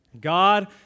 God